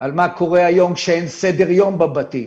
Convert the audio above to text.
על מה קורה היום כשאין סדר יום בבתים.